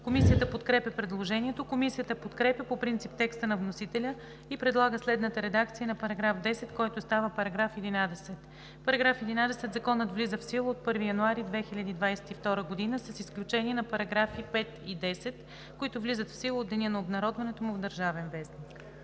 Комисията подкрепя предложението. Комисията подкрепя по принцип текста на вносителя и предлага следната редакция на § 10, който става § 11: „§ 11. Законът влиза в сила от 1 януари 2022 г., с изключение на § 5 и 10, които влизат в сила от деня на обнародването му в „Държавен вестник“.“